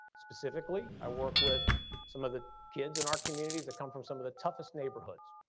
specifically i work with some of the kids in our communities that come from some of the toughest neighborhoods.